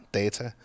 data